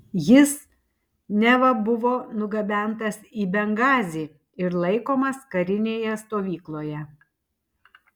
jis neva buvo nugabentas į bengazį ir laikomas karinėje stovykloje